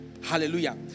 Hallelujah